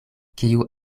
kiu